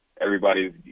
Everybody's